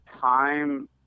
time